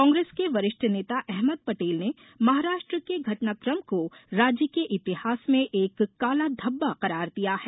कांग्रेस के वरिष्ठ नेता अहमद पटेल ने महाराष्ट्र के घटनाकम को राज्य के इतिहास में एक काला धब्बा करार दिया है